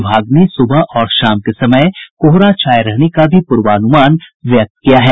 विभाग ने सुबह और शाम के समय कोहरा छाये रहने का भी पूर्वानुमान व्यक्त किया है